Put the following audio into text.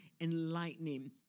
enlightening